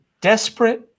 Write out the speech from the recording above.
desperate